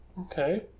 Okay